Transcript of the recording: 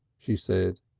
she said,